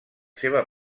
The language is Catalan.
seva